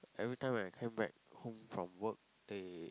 every time I came back home from work they